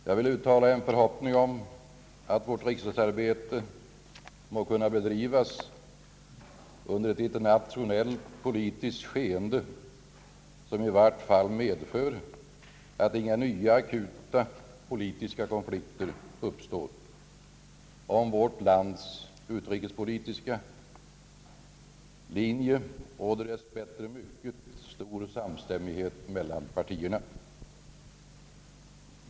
Jag vill uttala en förhoppning om att vårt riksdagsarbete må kunna bedrivas under ett internationellt politiskt skeende, som i vart fall medför att inga nya akuta politiska konflikter uppstår. Om vårt lands utrikespolitiska linje råder dess bättre mycket stor samstämmighet mellan partierna.